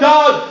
God